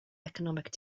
economic